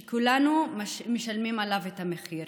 וכולנו משלמים עליו את המחיר.